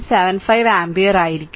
75 ampere ആയിരിക്കും